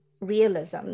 realism